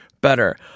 better